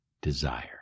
desire